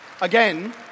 again